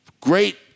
great